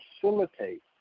facilitate